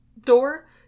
door